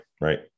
Right